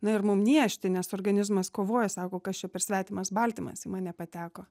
na ir mum niežti nes organizmas kovoja sako kas čia per svetimas baltymas į mane pateko